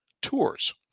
tours